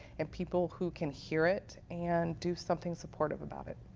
and people who can hear it and do something supportive about it.